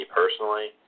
personally